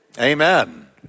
Amen